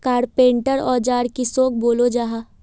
Carpenter औजार किसोक बोलो जाहा?